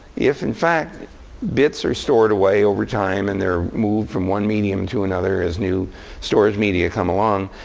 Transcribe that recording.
if in fact bits are stored away over time, and they're moved from one medium to another as new storage media come along,